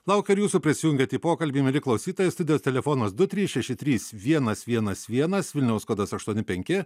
laukiu ir jūsų prisijungiant į pokalbį mieli klausytojai studijos telefonas du trys šeši trys vienas vienas vienas vilniaus kodas aštuoni penki